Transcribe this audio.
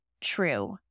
true